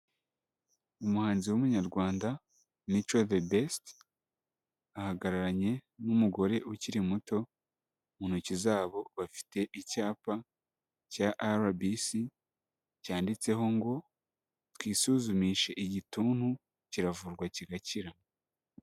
Umuhanzi w'umunyarwanda Mico the best, ahagararanye n'umugore ukiri muto, mu ntoki zabo bafite icyapa cya RBC, cyanditseho ngo: "twisuzumishe igituntu, kiravurwa kigakira."